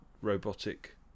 robotic